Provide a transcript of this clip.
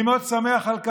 אני מאוד שמח על כך,